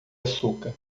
açúcar